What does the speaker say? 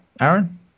Aaron